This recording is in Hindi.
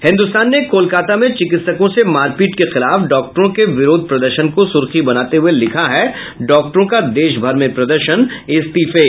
हिन्दुस्तान ने कोलकाता में चिकित्सकों से मारपीट के खिलाफ डॉक्टरों के विरोध प्रदर्शन को सुर्खी बनाते हुये लिखा है डॉक्टरों का देशभर में प्रदर्शन इस्तीफे